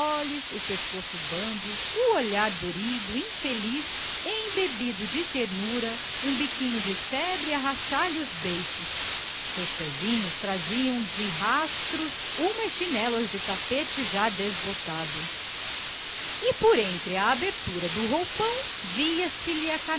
entreabertos estalando de febre o olhar morto infeliz mas embebido de ternura tudo nela transpirava um tácito queixume de fundas mágoas escondidas seus pezinhos traziam de rastros umas chinelas de criança e por entre a abertura do vestido via-se-lhe